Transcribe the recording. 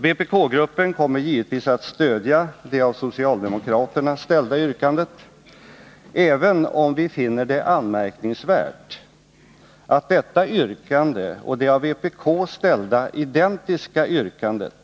Vpk-gruppen kommer givetvis att stödja det av socialdemokraterna ställda yrkandet, även om vi finner det anmärkningsvärt att detta yrkande och det av vpk ställda identiska yrkandet